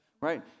right